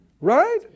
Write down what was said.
right